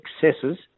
successes